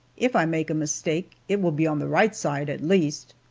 if i make a mistake, it will be on the right side, at least.